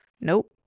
nope